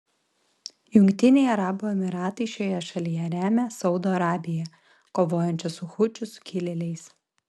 jungtiniai arabų emyratai šioje šalyje remia saudo arabiją kovojančią su hučių sukilėliais